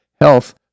health